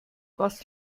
was